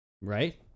Right